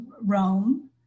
rome